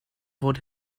fod